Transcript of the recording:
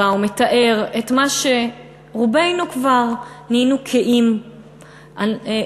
הוא מתאר את מה שרובנו כבר נהיינו קהים להרגיש,